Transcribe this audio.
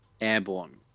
Airborne